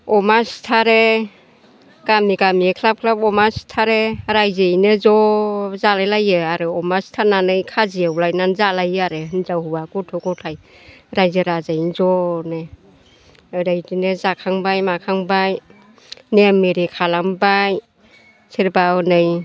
अमा सिथारो गामि गामि क्लाब क्लाब अमा सिथारो रायजोयैनो ज' जालायलायो आरो अमा सिथारनानै खाजि एवलायनानै जालायो आरो हिनजाव हौवा गथ' गथाय रायजो राजायैनो जनो ओरै बेदिनो जाखांबाय माखांबाय नेम एरि खालामबाय सोरबा हनै